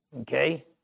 Okay